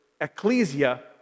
ecclesia